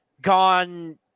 gone